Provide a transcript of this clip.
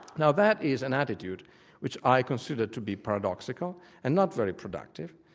now that is an attitude which i consider to be paradoxical and not very productive.